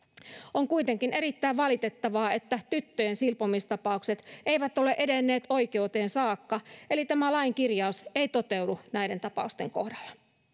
on kuitenkin erittäin valitettavaa että tyttöjen silpomistapaukset eivät ole edenneet oikeuteen saakka eli tämä lain kirjaus ei toteudu näiden tapausten kohdalla